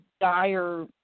dire